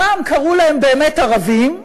פעם קראו להם באמת "ערבים",